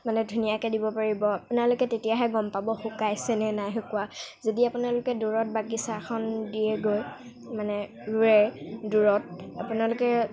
মানে ধুনীয়াকৈ দিব পাৰিব আপোনালোকে তেতিয়াহে গ'ম পাব শুকাইছে নে নাই নাই শুকোৱা যদি আপোনালোকে দূৰত বাগিচাখন দিয়েগৈ মানে ৰুৱে দূৰত আপোনালোকে